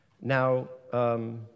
Now